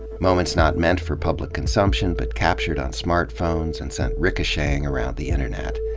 moments not meant for public consumption but captured on smart phones and sent ricocheting around the internet.